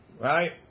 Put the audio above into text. right